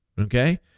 Okay